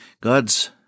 God's